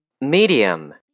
Medium